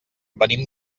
venim